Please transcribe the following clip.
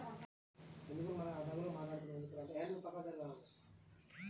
Minor ఖాతా కి major ఖాతా కి తేడా ఏంటి?